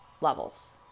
levels